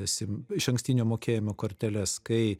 sim išankstinio mokėjimo korteles kai